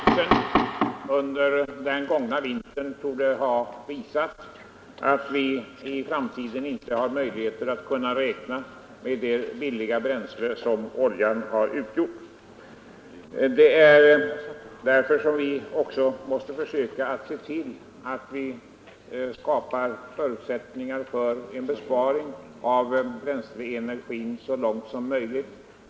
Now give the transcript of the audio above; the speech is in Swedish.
Herr talman! Energikrisen under den gångna vintern torde ha visat att vi i framtiden inte kan räkna med det billiga bränsle som oljan har utgjort. Det är därför vi måste skapa förutsättningar för besparingar av bränsleenergi.